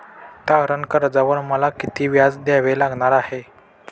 तारण कर्जावर मला किती व्याज द्यावे लागणार आहे?